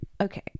okay